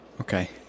Okay